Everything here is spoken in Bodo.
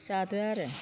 जादो आरो